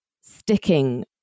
sticking